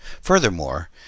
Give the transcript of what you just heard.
Furthermore